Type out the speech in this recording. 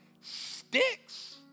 sticks